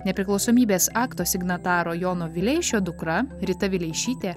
nepriklausomybės akto signataro jono vileišio dukra rita vileišytė